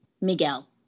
Miguel